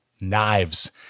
Knives